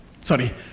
sorry